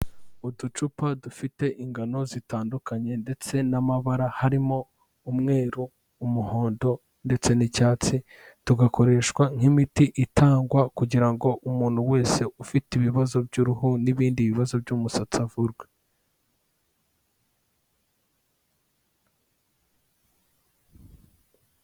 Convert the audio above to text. Uducupa dufite ingano zitandukanye ndetse n'amabara harimo umweru, umuhondo ndetse n'icyatsi tugakoreshwa nk'imiti itangwa kugira ngo umuntu wese ufite ibibazo by'uruhu n'ibindi bibazo by'umusatsi avurwe.